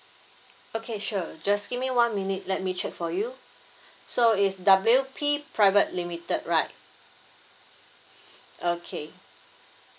okay sure just give me one minute let me check for you so it's W_P private limited right okay